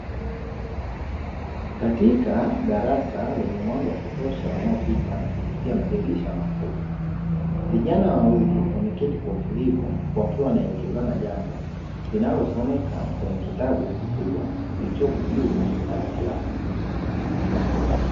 Katika darasa lenye mwanga wa kutosha unaopita kupitia madirisha makubwa, vijana wawili wameketi kwa utulivu wakiwa wanaelekezana jambo linalosomeka kwenye kitabu kikubwa kilichopo juu ya dawati lao.